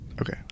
Okay